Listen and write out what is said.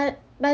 but